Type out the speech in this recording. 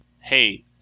Hey